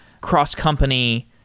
cross-company